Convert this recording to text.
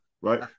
right